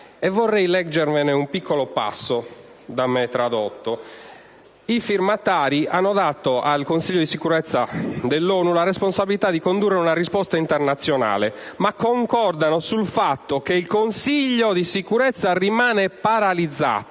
vorrei leggervene un piccolo passo da me tradotto: i firmatari hanno dato al Consiglio di sicurezza dell'ONU la responsabilità di condurre una risposta internazionale, ma concordano sul fatto che il Consiglio di sicurezza rimane paralizzato,